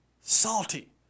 salty